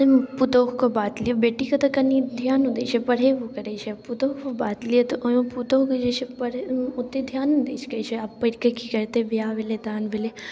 पुतौहुके बात लिअऽ बेटीके तऽ कनि धिआनो दै छै पढ़ेबो करे छै पुतौहुके बात लिअऽ तऽ ओहिमे पुतौहुके जे छै पढ़ै ओतेक धिआन नहि दऽ सकै छै आब पढ़िके कि करतै बिआह भेलै दान भेलै